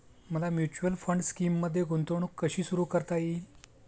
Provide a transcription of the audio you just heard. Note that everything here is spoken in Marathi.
मला म्युच्युअल फंड स्कीममध्ये गुंतवणूक कशी सुरू करता येईल?